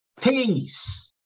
Peace